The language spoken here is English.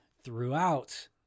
throughout